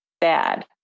bad